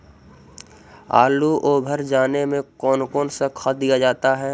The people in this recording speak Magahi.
आलू ओवर जाने में कौन कौन सा खाद दिया जाता है?